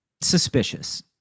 suspicious